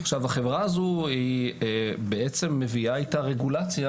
עכשיו החברה הזו היא בעצם מביאה איתה רגולציה,